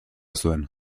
zuen